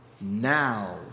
Now